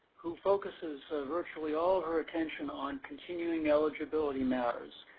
who focuses virtually all retention on continuing eligibility matters,